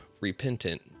repentant